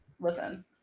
listen